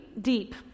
deep